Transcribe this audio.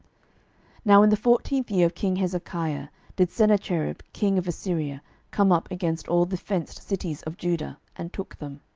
now in the fourteenth year of king hezekiah did sennacherib king of assyria come up against all the fenced cities of judah, and took them.